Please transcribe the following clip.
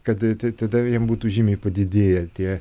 kad tada jiem būtų žymiai padidėję tie